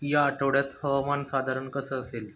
या आठवड्यात हवामान साधारण कसं असेल